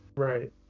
Right